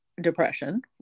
depression